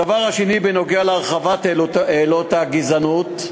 הדבר השני, בנוגע להרחבת עילות הגזענות.